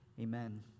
Amen